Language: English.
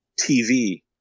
TV